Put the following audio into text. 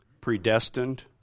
Predestined